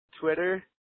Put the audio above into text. Twitter